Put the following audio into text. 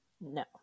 No